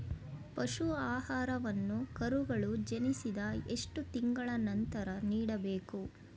ಪಶು ಆಹಾರವನ್ನು ಕರುಗಳು ಜನಿಸಿದ ಎಷ್ಟು ತಿಂಗಳ ನಂತರ ನೀಡಬೇಕು?